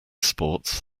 sports